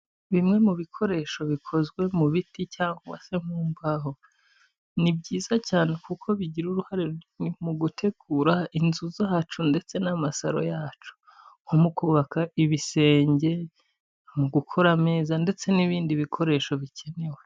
Bimwe mu bikoresho bikozwe mu biti cyangwa se mu mbaho, ni byiza cyane kuko bigira uruhare mu gutegura inzu zacu ndetse n'amasaro yacu nko mu kubaka ibisenge, mu gukora ameza ndetse n'ibindi bikoresho bikenewe.